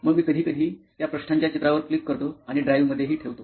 मग मी कधीकधी त्या पृष्ठांच्या चित्रावर क्लिक करतो आणि ड्राइव्हमध्ये ही ठेवतो